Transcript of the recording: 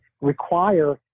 require